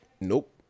Nope